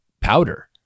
powder